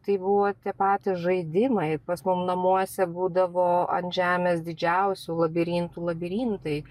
tai buvo tie patys žaidimai pas mum namuose būdavo ant žemės didžiausių labirintų labirintai